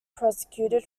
prosecuted